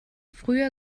früher